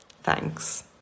Thanks